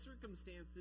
circumstances